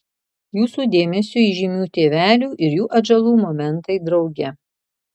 jūsų dėmesiui įžymių tėvelių ir jų atžalų momentai drauge